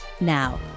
Now